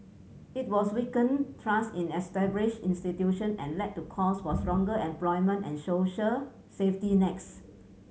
it also weakened trust in established institution and led to calls for stronger employment and social safety next